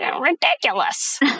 ridiculous